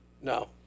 No